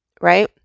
Right